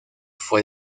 fue